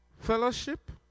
fellowship